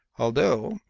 although,